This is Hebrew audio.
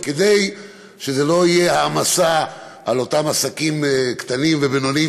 וכדי שזה לא יהיה מעמסה על אותם עסקים קטנים ובינוניים,